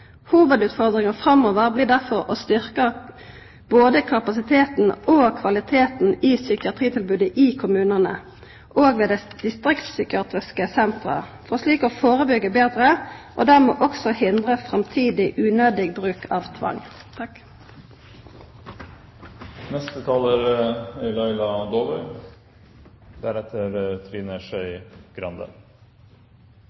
Hovudutfordringa framover blir derfor å styrkja både kapasiteten og kvaliteten i psykiatritilbodet i kommunane og ved dei distriktspsykiatriske sentra for slik å førebyggja betre og dermed også hindra framtidig unødig bruk av tvang. Den frihet vi alle daglig tar for gitt, er ikke alle forunt, heller ikke i Norge. Det